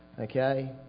okay